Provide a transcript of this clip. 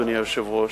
אדוני היושב-ראש,